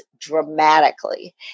dramatically